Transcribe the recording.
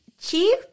chief